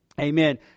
Amen